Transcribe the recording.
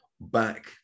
back